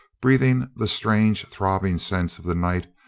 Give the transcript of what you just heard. breath ing the strange throbbing scents of the night,